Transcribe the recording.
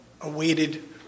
awaited